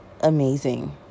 amazing